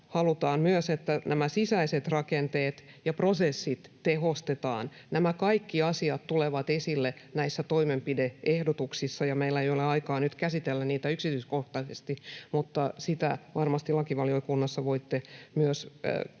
halutaan myös, että näitä sisäisiä rakenteita ja prosesseja tehostetaan. Nämä kaikki asiat tulevat esille näissä toimenpide-ehdotuksissa. Meillä ei ole aikaa nyt käsitellä niitä yksityiskohtaisesti, mutta sitä varmasti myös lakivaliokunnassa voitte katsoa.